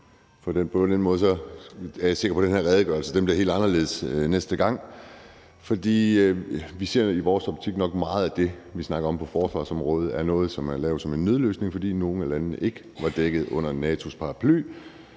anden måde er jeg sikker på, at den her redegørelse bliver helt anderledes næste gang, for i vores optik er meget af det, vi snakker om på forsvarsområdet, nok noget, som er lavet som en nødløsning, fordi nogle af landene ikke var dækket under NATO's paraply.